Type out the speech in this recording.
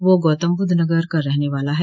वह गौतमबुद्ध नगर का रहने वाला है